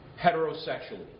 heterosexually